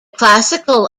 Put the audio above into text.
classical